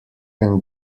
can